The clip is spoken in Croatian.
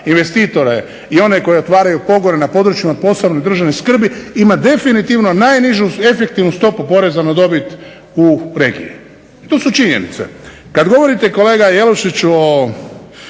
investitore i one koji otvaraju pogone na područjima posebne državne skrbi ima definitivno najnižu efektivnu stopu poreza na dobit u regiji. To su činjenice. Kad govorite kolega Jelušić o